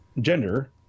gender